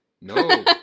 No